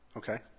okay